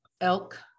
elk